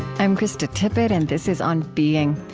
i'm krista tippett and this is on being.